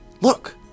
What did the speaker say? Look